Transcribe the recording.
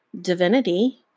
divinity